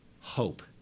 hope